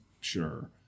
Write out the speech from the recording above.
sure